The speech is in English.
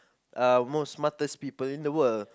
uh most smartest people in the world